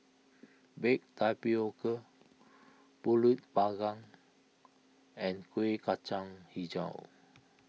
Baked Tapioca Pulut Panggang and Kueh Kacang HiJau